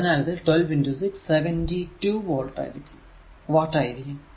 അതിനാൽ ഇത് 12 6 72 വാട്ട് ആയിരിക്കും